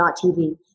TV